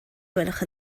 gwelwch